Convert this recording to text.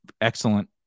excellent